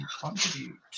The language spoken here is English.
contribute